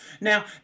Now